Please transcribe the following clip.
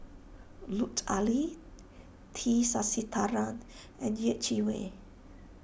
Lut Ali T Sasitharan and Yeh Chi Wei